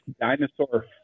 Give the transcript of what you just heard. dinosaur